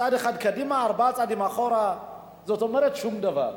צעד אחד קדימה, ארבעה צעדים אחורה, כלומר שום דבר.